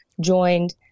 joined